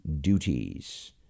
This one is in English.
duties